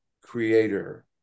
creator